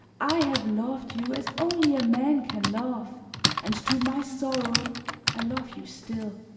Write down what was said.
i have loved you as only a man can love and to my sorrow i love you still.